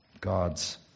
God's